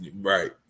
Right